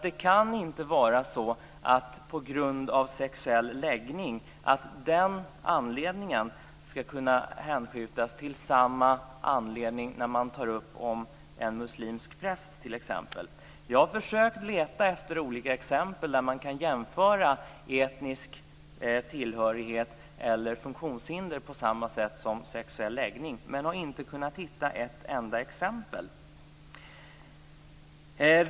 Det kan inte vara så att en fråga om sexuell läggning skall kunna hänskjutas till samma fall som gäller t.ex. en muslimsk präst. Jag har försökt leta efter exempel där man kan jämföra etnisk tillhörighet eller funktionshinder med sexuell läggning, men jag har inte kunnat hitta ett enda exempel.